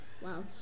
Wow